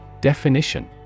Definition